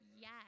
yes